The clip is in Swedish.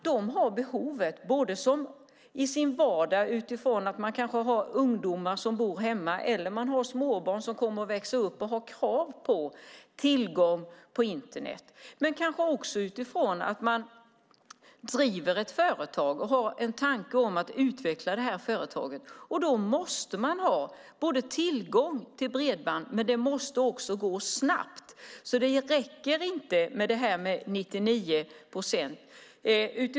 De har detta behov i sin vardag för att de har ungdomar som bor hemma eller småbarn som kommer att växa upp och ha krav på tillgång till Internet. Man kanske driver företag och vill utveckla det, och då måste man ha tillgång till snabbt bredband. Då räcker det inte med 99 procent.